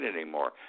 anymore